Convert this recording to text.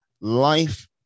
life